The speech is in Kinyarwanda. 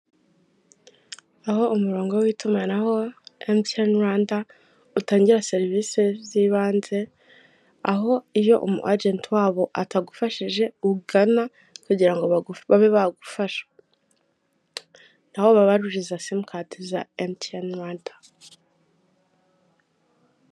Aho umurongo w'itumanaho emutiyene Rwanda utangira serivisi z'ibanze aho iyo umu ajenti wabo atagufashije ugana kugira babe bagufasha ni aho babaruriza simukadi za emutoyene Rwanda.